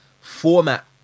format